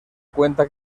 cuenta